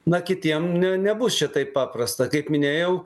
na kitiem ne nebus čia taip paprasta kaip minėjau